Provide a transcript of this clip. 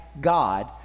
God